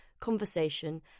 conversation